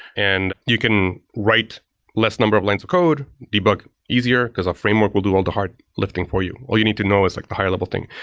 and you can write less number of lines of code, debug easier, because a framework will do all the hard lifting for you. all you need to know is like the higher level thing.